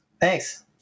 Thanks